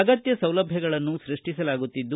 ಅಗತ್ತ ಸೌಲಭ್ಯಗಳನ್ನು ಸೃಷ್ಷಿಸಲಾಗುತ್ತಿದೆ